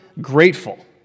grateful